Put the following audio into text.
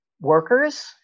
workers